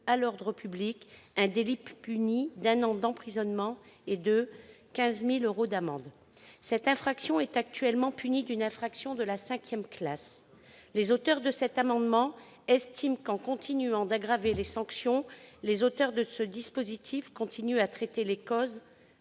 à l'ordre public un délit puni d'un an d'emprisonnement et de 15 000 euros d'amende. Cette infraction est actuellement punie d'une contravention de la cinquième classe. Selon nous, en continuant d'aggraver les sanctions, les auteurs de ce dispositif continuent à traiter les causes,